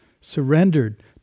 surrendered